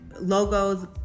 logos